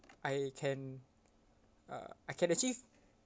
I can uh I can achieve